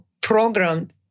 programmed